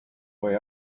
way